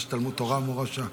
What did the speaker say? יש תלמוד תורה מורשה.